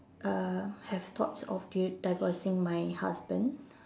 uh have thoughts of di~ divorcing my husband